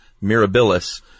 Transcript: Mirabilis